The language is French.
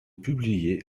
publié